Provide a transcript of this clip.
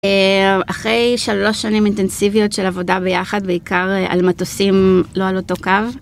אחרי שלוש שנים אינטנסיביות של עבודה ביחד, בעיקר על מטוסים, לא על אותו קו.